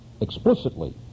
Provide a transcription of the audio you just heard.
explicitly